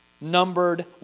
numbered